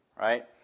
Right